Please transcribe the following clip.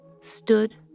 stood